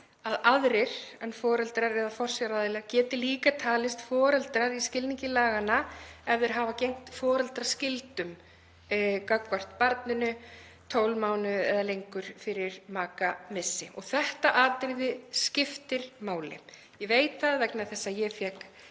að aðrir en foreldrar eða forsjáraðilar geti líka talist foreldrar í skilningi laganna ef þeir hafa gegnt foreldraskyldum gagnvart barni 12 mánuði eða lengur fyrir makamissi. Þetta atriði skiptir máli. Ég veit það vegna þess að ég fékk